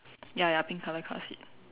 ya ya pink colour car seat